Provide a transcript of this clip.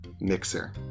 Mixer